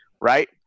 right